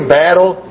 battle